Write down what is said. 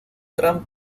trump